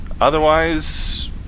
Otherwise